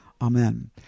Amen